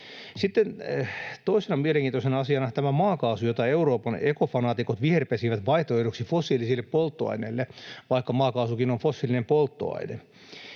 toisena mielenkiintoisena asiana tämä maakaasu, jota Euroopan ekofanaatikot viherpesivät vaihtoehdoksi fossiilisille polttoaineille, vaikka maakaasukin on fossiilinen polttoaine,